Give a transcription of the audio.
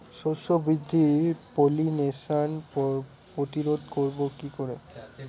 শস্য বৃদ্ধির পলিনেশান প্রতিরোধ করব কি করে?